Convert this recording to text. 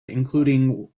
including